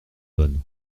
bonne